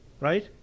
right